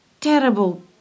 Terrible